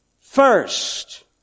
first